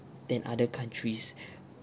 than other countries